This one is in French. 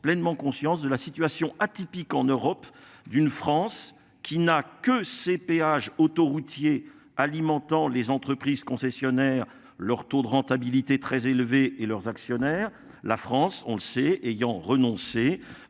pleinement conscience de la situation atypique en Europe d'une France qui n'a que ces péages autoroutiers alimentant les entreprises concessionnaires leur taux de rentabilité très élevée et leurs actionnaires. La France, on le sait, ayant renoncé